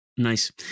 Nice